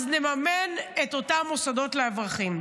אז נממן את אותם מוסדות לאברכים.